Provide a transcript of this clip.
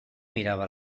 mirava